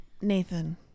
nathan